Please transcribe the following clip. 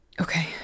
Okay